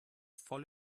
voll